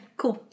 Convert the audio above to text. cool